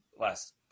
last